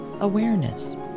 awareness